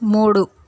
మూడు